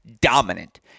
dominant